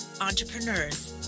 Entrepreneurs